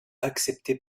accepté